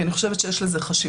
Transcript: כי אני חושבת שיש לזה חשיבות.